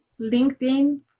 LinkedIn